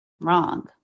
wrong